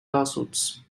lawsuits